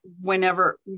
whenever